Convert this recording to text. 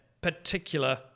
particular